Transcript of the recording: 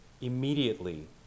immediately